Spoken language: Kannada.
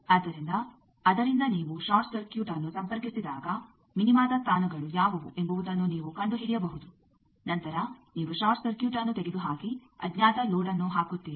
ಆದ್ದರಿಂದ ಅದರಿಂದ ನೀವು ಷಾರ್ಟ್ ಸರ್ಕ್ಯೂಟ್ಅನ್ನು ಸಂಪರ್ಕಿಸಿದಾಗ ಮಿನಿಮದ ಸ್ಥಾನಗಳು ಯಾವುವು ಎಂಬುವುದನ್ನು ನೀವು ಕಂಡುಹಿಡಿಯಬಹುದು ನಂತರ ನೀವು ಷಾರ್ಟ್ ಸರ್ಕ್ಯೂಟ್ಅನ್ನು ತೆಗೆದುಹಾಕಿ ಅಜ್ಞಾತ ಲೋಡ್ಅನ್ನು ಹಾಕುತ್ತೀರಾ